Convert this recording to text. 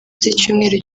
z’icyumweru